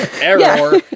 Error